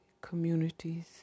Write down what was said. communities